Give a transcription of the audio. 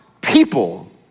people